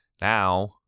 Now